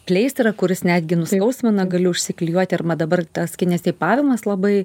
pleistrą kuris netgi nuskausmina gali užsiklijuoti arba dabar tas kinesipavimas labai